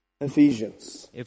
Ephesians